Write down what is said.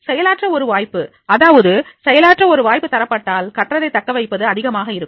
செயலாற்ற ஒரு வாய்ப்பு அதாவது செயலாற்ற ஒரு வாய்ப்பு தரப்பட்டால் கற்றதை தக்கவைப்பது அதிகமாக இருக்கும்